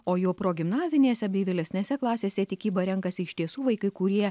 o jau progimnazinėse bei vėlesnėse klasėse tikybą renkasi iš tiesų vaikai kurie